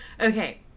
okay